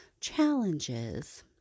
challenges